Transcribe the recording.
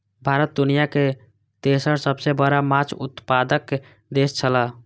भारत दुनिया के तेसर सबसे बड़ा माछ उत्पादक देश छला